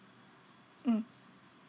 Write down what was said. mm